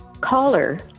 Caller